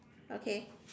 okay